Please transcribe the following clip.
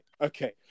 Okay